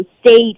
State